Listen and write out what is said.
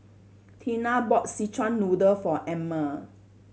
Tina bought Szechuan Noodle for Emmer